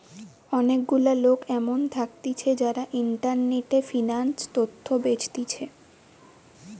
অনেক গুলা লোক এমন থাকতিছে যারা ইন্টারনেটে ফিন্যান্স তথ্য বেচতিছে